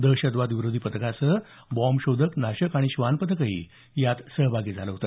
दहशतवाद विरोधी पथकासह बॉम्बशोधक नाशक आणि श्वान पथकही यात सहभागी होत